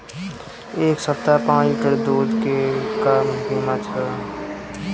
एह सप्ताह पाँच लीटर दुध के का किमत ह?